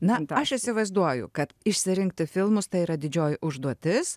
na aš įsivaizduoju kad išsirinkti filmus tai yra didžioji užduotis